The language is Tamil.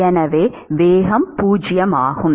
எனவே வேகம் 0 ஆகும்